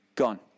gone